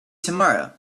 tomorrow